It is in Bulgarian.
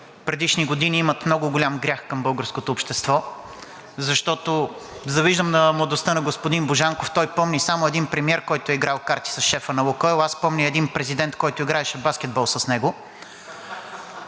предишни години имат много голям грях към българското общество, защото завиждам на младостта на господин Божанков, той помни само един премиер, който е играл с шефа на „Лукойл“, аз помня и един президент, който играеше баскетбол с него.